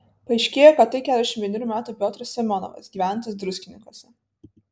paaiškėjo kad tai keturiasdešimt vienerių metų piotras semionovas gyvenantis druskininkuose